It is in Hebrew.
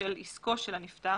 של עסקו של הנפטר